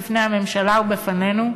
בפני הממשלה ובפנינו,